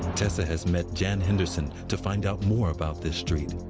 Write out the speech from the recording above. tessa has met jan hendersen to find out more about this street.